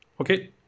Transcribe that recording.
Okay